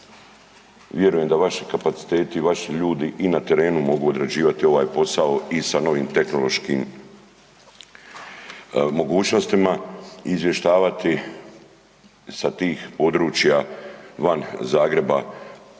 Vjerujem da vaši kapaciteti i vaši ljudi i na terenu mogu odrađivati ovaj posao i sa novim tehnološkim mogućnosti izvještavati sa tih područja van Zagreba